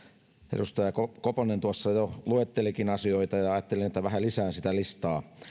edustaja koponen tuossa jo luettelikin asioita ja ajattelin että vähän lisään sitä listaa